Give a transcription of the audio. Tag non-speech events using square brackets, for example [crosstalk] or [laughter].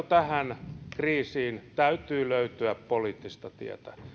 [unintelligible] tähän kriisiin täytyy löytyä poliittista tietä